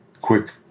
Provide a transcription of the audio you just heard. quick